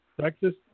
Texas